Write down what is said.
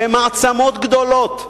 שמעצמות גדולות,